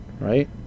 right